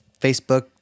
Facebook